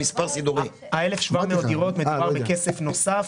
1,700 דירות, מדובר בכסף נוסף.